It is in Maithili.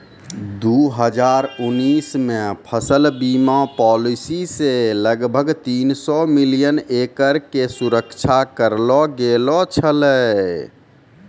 दू हजार उन्नीस मे फसल बीमा पॉलिसी से लगभग तीन सौ मिलियन एकड़ के सुरक्षा करलो गेलौ छलै